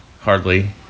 hardly